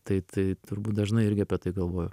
tai tai turbūt dažnai irgi apie tai galvoju